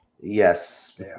Yes